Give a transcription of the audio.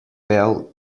bell